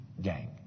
Gang